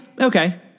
Okay